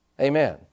Amen